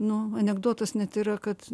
nu anekdotas net yra kad